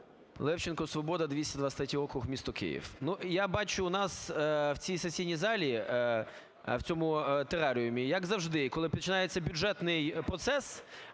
Левченко, "Свобода", 223 округ місто Київ. Ну, я бачу у нас в цій сесійній залі, в цьому тераріумі, як завжди, коли починається бюджетний процес,